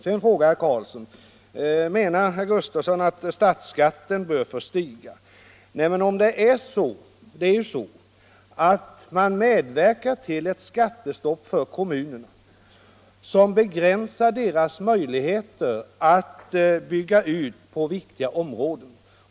Sedan frågade herr Karlsson: Menar herr Gustavsson att statsskatten bör få stiga? Situationen är den, att staten medverkar till ett skattestopp för kommunerna som begränsar deras möjligheter att bygga ut sin verksamhet på viktiga områden.